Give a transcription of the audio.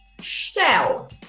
Shell